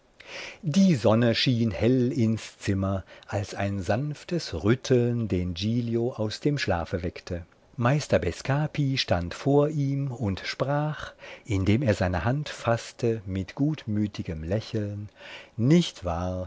die sonne schien hell ins zimmer als ein sanftes rütteln den giglio aus dem schlafe weckte meister bescapi stand vor ihm und sprach indem er seine hand faßte mit gutmütigem lächeln nicht wahr